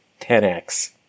10x